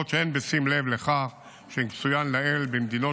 זאת הן בשים לב לכך שכפי שצוין לעיל במדינות